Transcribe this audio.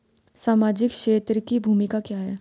सामाजिक क्षेत्र की भूमिका क्या है?